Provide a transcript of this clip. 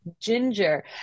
ginger